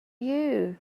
you